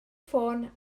ffôn